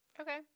Okay